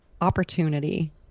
opportunity